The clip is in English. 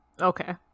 Okay